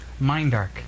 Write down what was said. Mindark